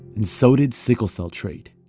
and so did sickle cell trait